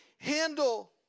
handle